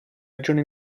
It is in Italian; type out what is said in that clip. regione